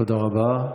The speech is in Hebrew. תודה רבה.